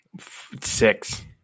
six